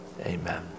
Amen